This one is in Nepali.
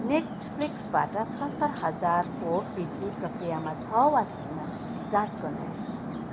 नेटफ्लिक्सबाट सत्तर हजारको फिर्ती प्रक्रियामा छ वा छैन जाँच गर्नुहोस्